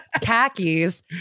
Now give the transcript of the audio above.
Khakis